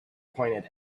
pointed